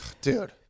Dude